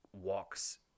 walks